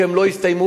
והם לא הסתיימו.